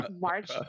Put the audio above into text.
March